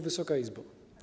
Wysoka Izbo!